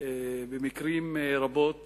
במקרים רבים